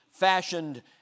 fashioned